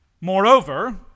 Moreover